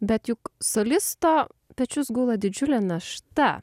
bet juk solisto pečius gula didžiulė našta